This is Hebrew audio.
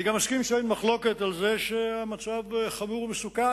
אני גם מסכים שאין מחלוקת על זה שהמצב חמור ומסוכן.